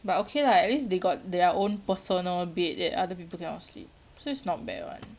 but okay lah at least they got their own personal bed that other people cannot sleep so it's not bad [one]